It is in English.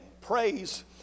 praise